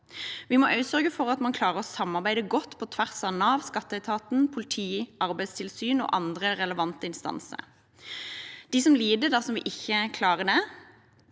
Vi må også sørge for at man klarer å samarbeide godt på tvers av Nav, skatteetaten, politiet, Arbeidstilsynet og andre relevante instanser. De som lider dersom vi ikke klarer det,